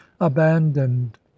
abandoned